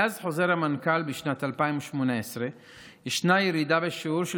מאז חוזר המנכ"ל בשנת 2018 ישנה ירידה בשיעור של